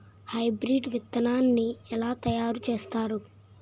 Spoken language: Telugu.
హైబ్రిడ్ విత్తనాన్ని ఏలా తయారు చేస్తారు?